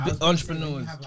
entrepreneurs